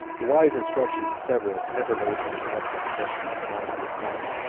the wise instructions of severus never made any lasting impression on the mind of his son,